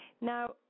Now